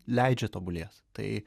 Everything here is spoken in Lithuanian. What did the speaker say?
leidžia tobulėt tai